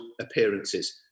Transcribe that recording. appearances